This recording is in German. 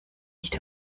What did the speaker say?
nicht